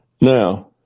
Now